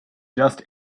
just